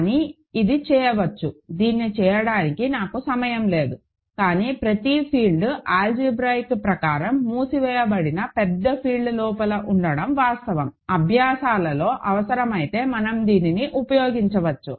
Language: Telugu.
కానీ ఇది చేయవచ్చు దీన్ని చేయడానికి నాకు సమయం లేదు కానీ ప్రతి ఫీల్డ్ ఆల్జీబ్రాయిక్ ప్రకారం మూసివేయబడిన పెద్ద ఫీల్డ్ లోపల ఉండడం వాస్తవం అభ్యాసాలలో అవసరమైతే మనం దీన్ని ఉపయోగించవచ్చు